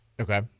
Okay